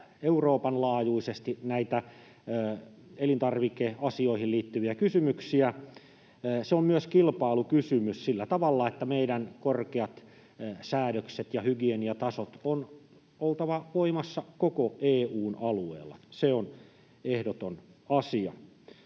Euroopan laajuisesti näitä elintarvikeasioihin liittyviä kysymyksiä. Se on myös kilpailukysymys sillä tavalla, että meidän korkeiden säädösten ja hygieniatasojen on oltava voimassa koko EU:n alueella, se on ehdoton asia.